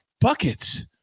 buckets